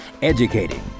Educating